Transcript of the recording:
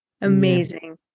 Amazing